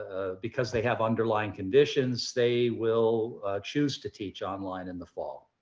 because they have underlying conditions, they will choose to teach online in the fall.